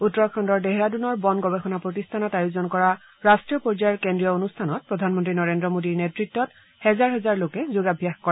উত্তৰাখণ্ডৰ ডেহৰাডুনৰ বন গৱেষণা প্ৰতিষ্ঠানত আয়োজন কৰা ৰট্টীয় পৰ্যায়ৰ কেন্দ্ৰীয় অনুষ্ঠানত প্ৰধানমন্ত্ৰী নৰেন্দ্ৰ মোডীৰ নেতৃতত হেজাৰ হেজাৰ লোকে যোগাভ্যাস কৰে